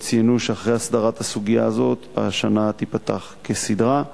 ציינו שאחרי הסדרת הסוגיה הזאת השנה תיפתח כסדרה.